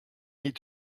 need